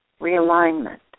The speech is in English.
realignment